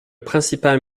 principale